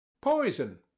Poison